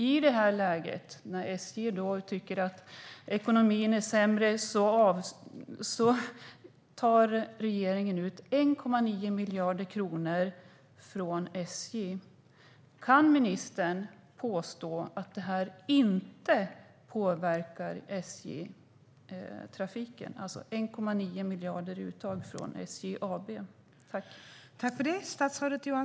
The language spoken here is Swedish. I ett läge när SJ tycker att ekonomin är sämre tar regeringen ut 1,9 miljarder kronor från SJ AB. Kan ministern påstå att detta uttag på 1,9 miljarder inte påverkar SJ-trafiken?